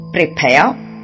Prepare